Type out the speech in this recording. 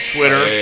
Twitter